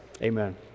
Amen